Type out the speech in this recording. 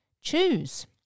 choose